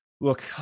Look